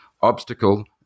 obstacle